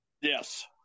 Yes